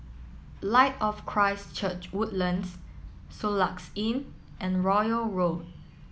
Light of Christ Church Woodlands Soluxe Inn and Royal Road